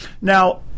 Now